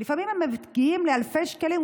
שלפעמים מגיעים לאלפי שקלים,